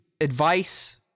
advice